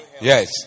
Yes